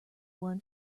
won